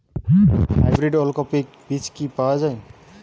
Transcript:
Hybrid ওলকফি বীজ কি পাওয়া য়ায়?